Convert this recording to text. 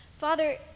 Father